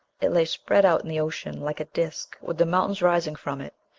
it lay spread out in the ocean like a disk, with the mountains rising from it.